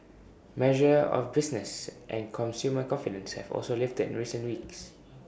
measures of business and consumer confidence have also lifted in recent weeks